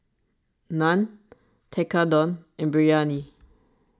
Naan Tekkadon and Biryani